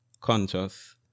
conscious